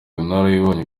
ubunararibonye